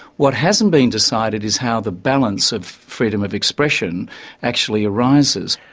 what hasn't been decided is how the balance of freedom of expression actually arises.